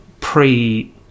pre